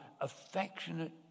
affectionate